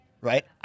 right